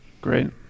Great